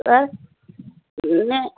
sir నే